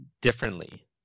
differently